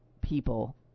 people